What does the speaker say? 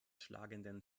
schlagenden